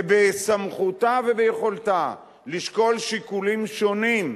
ובסמכותה וביכולתה לשקול שיקולים שונים,